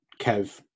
Kev